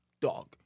Dog